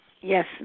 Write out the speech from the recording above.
Yes